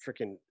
freaking